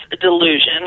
delusion